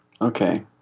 Okay